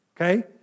Okay